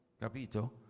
Capito